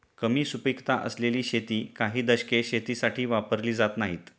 कमी सुपीकता असलेली शेती काही दशके शेतीसाठी वापरली जात नाहीत